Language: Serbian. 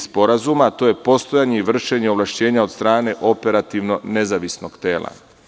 Sporazuma, a to je postojanje i vršenje ovlašćenja od strane operativno nezavisnog tela.